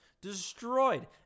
destroyed